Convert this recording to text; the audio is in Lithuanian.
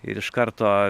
ir iš karto